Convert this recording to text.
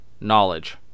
knowledge